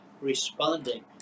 responding